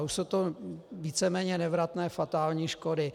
Už jsou to víceméně nevratné, fatální škody.